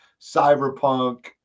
cyberpunk